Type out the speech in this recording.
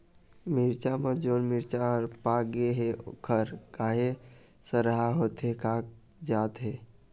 मिरचा म जोन मिरचा हर पाक गे हे ओहर काहे सरहा होथे कागजात हे?